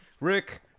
Rick